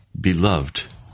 Beloved